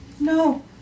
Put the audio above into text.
No